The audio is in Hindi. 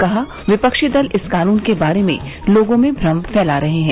कहा विपक्षी दल इस कानून के बारे में लोगों में भ्रम फैला रहे हैं